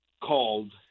called